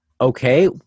Okay